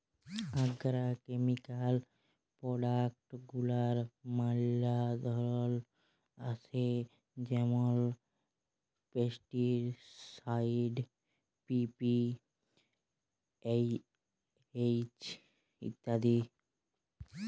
agrochemical product গুলার ম্যালা ধরল আসে যেমল পেস্টিসাইড, পি.পি.এইচ ইত্যাদি